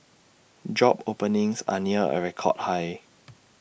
job openings are near A record high